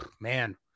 man